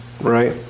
right